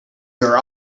your